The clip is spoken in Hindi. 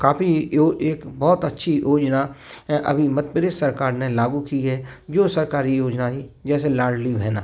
काफ़ी एक बहुत अच्छी योजना अभी मध्य प्रदेश सरकार ने लागू की है जो सरकारी योजनाएँ जैसे लाडली बहना